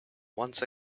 once